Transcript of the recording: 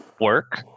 work